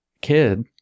kid